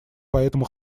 поэтому